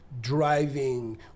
driving